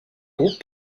groupe